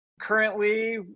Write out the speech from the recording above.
Currently